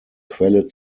quelle